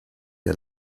der